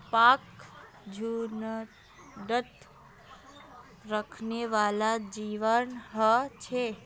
alpaca झुण्डत रहनेवाला जंवार ह छे